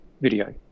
video